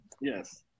Yes